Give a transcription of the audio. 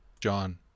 John